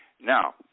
Now